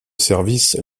service